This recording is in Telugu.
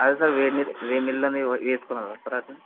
అదే సార్ వేడి నీళ్ళు వేడి నీళ్ళల్లోనే ఏసుకోవాలా సార్